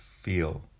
feel